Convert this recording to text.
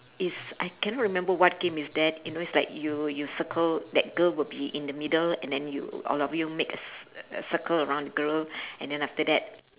is I cannot remember what game is that you know it's like you you circle that girl will be in the middle and then you all of you makes a circle around the girl and then after that